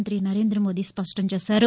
మంతి నరేంద్రద మోదీ స్పష్టం చేశారు